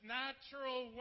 natural